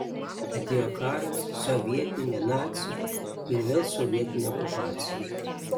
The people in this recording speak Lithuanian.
atėjo karas sovietinė nacių ir vėl sovietinė okupacija